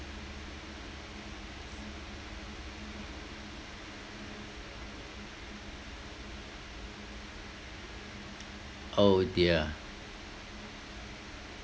oh dear